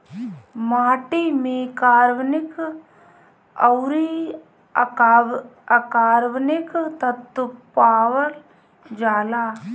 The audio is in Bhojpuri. माटी में कार्बनिक अउरी अकार्बनिक तत्व पावल जाला